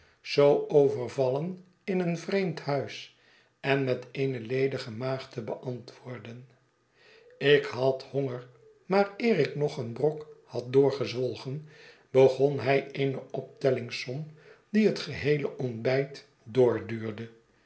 zoo overvallen in een vreemd huis en met eene ledige maag te beantwoorden ik had honger maar eer ik nog een brok had doorgezwolgen begon hij eene optellingsom die het geheele ontbijt